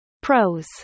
Pros